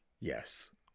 Yes